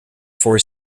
four